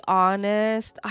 honest